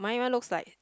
my one looks like